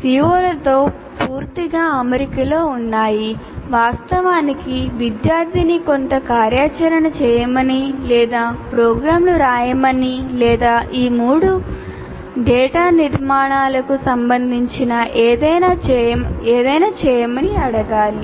CO తో పూర్తిగా అమరికలో ఉన్నాయి వాస్తవానికి విద్యార్థిని కొంత కార్యాచరణ చేయమని లేదా ప్రోగ్రామ్లు రాయమని లేదా ఈ మూడు డేటా నిర్మాణాలకు సంబంధించిన ఏదైనా చేయమని అడగాలి